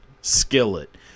skillet